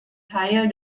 teil